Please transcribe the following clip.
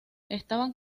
estaban